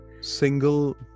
Single